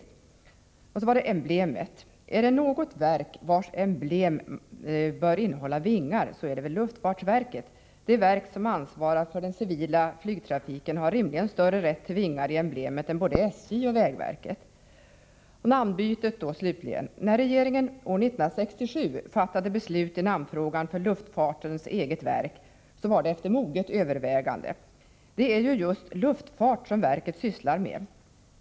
Därefter till frågan om emblemet. Är det något verk vars emblem bör innehålla vingar så är det luftfartsverkets. Det verk som ansvarar för den civila flygtrafiken har rimligen större rätt till vingar i emblemet än både SJ och vägverket. Så till sist frågan om namnbytet. När regeringen år 1967 fattade beslut i namnfrågan för luftfartens eget verk, var det efter moget övervägande. Det är ju just luftfart som verket sysslar med.